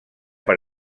per